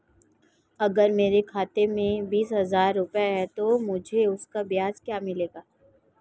अगर मेरे खाते में बीस हज़ार रुपये हैं तो मुझे उसका ब्याज क्या मिलेगा?